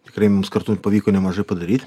tikrai mums kartu pavyko nemažai padaryt